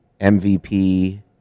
MVP